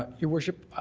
ah your worship,